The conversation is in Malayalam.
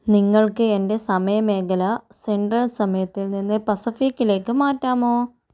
നിങ്ങൾക്ക് എന്റെ സമയ മേഖല സെൻട്രൽ സമയത്തിൽ നിന്ന് പസിഫിക്കിലേക്ക് മാറ്റാമോ